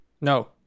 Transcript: no